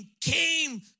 came